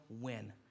win